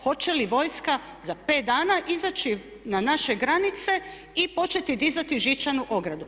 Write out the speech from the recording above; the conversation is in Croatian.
Hoće li vojska za 5 dana izaći na naše granice i početi dizati žičanu ogradu?